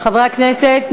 חברי הכנסת,